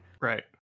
Right